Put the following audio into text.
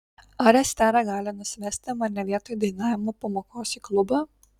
ar estera gali nusivesti mane vietoj dainavimo pamokos į klubą